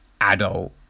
adult